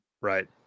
right